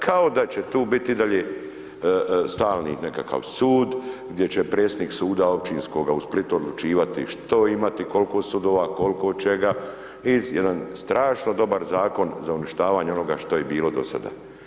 Kao da će tu biti i dalje stalni nekakav sud, gdje će predsjednik suda općinskoga u Splitu odlučivati što imati, koliko sudova, koliko čega i jedan strašno dobar zakon za uništavanje onoga što je bilo do sada.